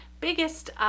biggest